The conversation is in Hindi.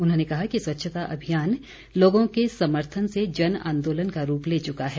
उन्होंने कहा कि स्वच्छता अभियान लोगों के समर्थन से जन आंदोलन का रूप ले चुका है